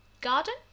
garden